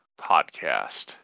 podcast